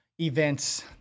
events